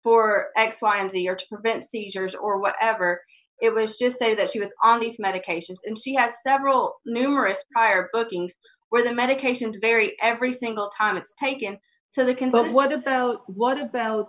for x y and z are to prevent seizures or whatever it was just say that she was on these medications and she had several numerous prior bookings where the medication very every single time it's taken so they can but what if well what about